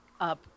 up